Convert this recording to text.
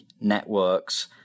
networks